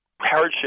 hardship